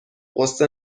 قصه